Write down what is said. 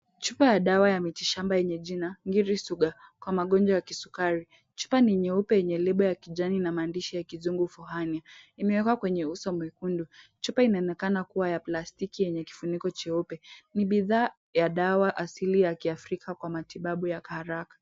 Chupa ya dawa ya miti shamba yenye jina Ngiri Suga kwa magonjwa ya kisukari. Chupa ni nyeupe yenye lebo ya kijani na maandishi ya kizungu for hernia . Imewekwa kwenye uso mwekundu. Chupa inaonekana kuwa ya plastiki yenye kifuniko cheupe. Ni bidhaa ya dawa asili ya kiafrika kwa matibabu ya haraka.